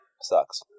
Sucks